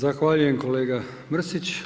Zahvaljujem kolega Mrsić.